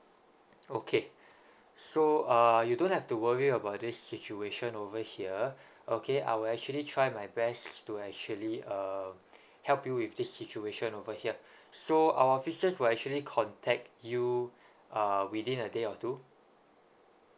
okay so uh you don't have to worry about this situation over here okay I will actually try my best to actually um help you with this situation over here so our officers will actually contact you uh within a day or two